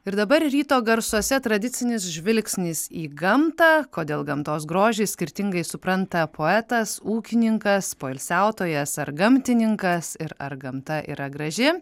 ir dabar ryto garsuose tradicinis žvilgsnis į gamtą kodėl gamtos grožį skirtingai supranta poetas ūkininkas poilsiautojas ar gamtininkas ir ar gamta yra graži